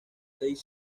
seis